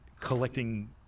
collecting